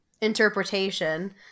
interpretation